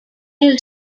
new